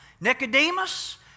Nicodemus